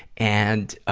and, ah,